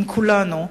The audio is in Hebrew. עם כולנו,